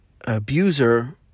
abuser